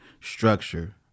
structure